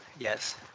Yes